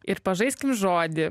ir pažaiskim žodį